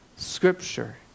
scripture